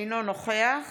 אינו נוכח